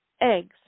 eggs